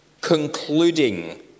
Concluding